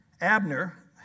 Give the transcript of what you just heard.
Abner